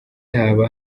haba